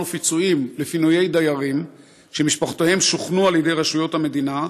ופיצויים לפינוי דיירים שמשפחותיהם שוכנו על ידי רשויות המדינה,